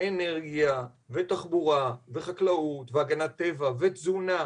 אנרגיה, תחבורה, חקלאות, הגנת טבע, תזונה.